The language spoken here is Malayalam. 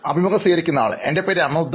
അഭിമുഖം സ്വീകരിക്കുന്നയാൾ എൻറെ പേര് അമൃത